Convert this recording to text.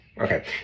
okay